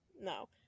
No